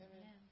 Amen